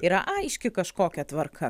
yra aiški kažkokia tvarka